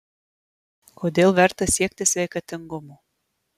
kodėl verta siekti sveikatingumo